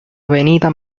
avenida